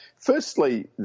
Firstly